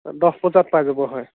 দহ বজাত পাই যাব হয়